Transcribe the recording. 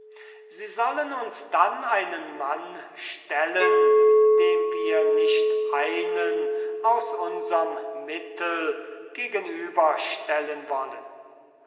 sie sollen uns dann einen mann stellen dem wir nicht einen aus unserm mittel gegenüber stellen wollen